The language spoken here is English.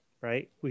Right